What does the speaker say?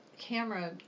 camera